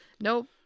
nope